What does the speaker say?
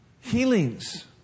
healings